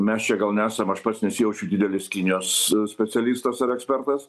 mes čia gal nesam aš pats nesijaučiu didelis kinijos specialistas ar ekspertas